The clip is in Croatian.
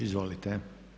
Izvolite.